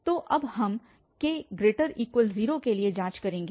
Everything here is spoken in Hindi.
तो अब हम k0 के लिए जाँच करेंगे